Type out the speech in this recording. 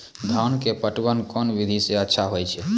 धान के पटवन कोन विधि सै अच्छा होय छै?